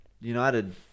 United